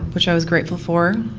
which i was grateful for.